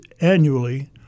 annually